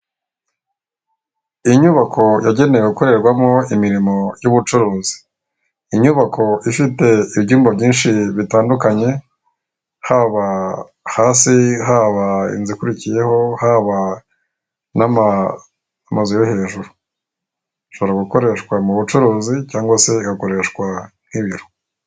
Iyo nyubako yagenewe gukorerwamo imirimo y'ubucuruzi; inyubako ifite ibyumba byinshi bitandukanye haba hasi, haba inzu ikurikiyeho haba n' amazu yo hejuru, ishobora gukoreshwa mu bucuruzi cyangwa se igakoreshwa nk'ibiro.